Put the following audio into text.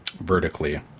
vertically